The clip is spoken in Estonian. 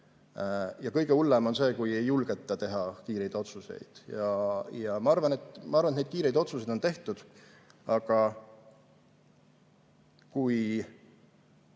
Kõige hullem on see, kui ei julgeta teha kiireid otsuseid. Ma arvan, et neid kiireid otsuseid on tehtud, aga kui